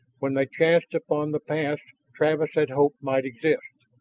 when they chanced upon the pass travis had hoped might exist.